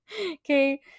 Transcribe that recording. okay